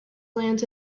lands